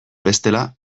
bestela